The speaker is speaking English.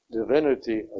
divinity